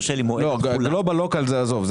גלובאל ו-local עזוב.